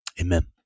Amen